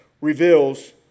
reveals